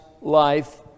life